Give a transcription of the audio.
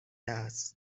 است